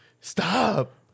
Stop